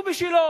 הוא בשלו.